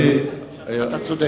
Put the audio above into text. אתה צודק.